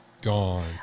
Gone